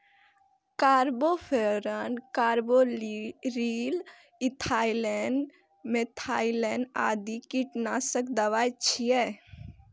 carbofuran, carbaryl, ethylene, methylene आदि कीटनाशक दवा छियै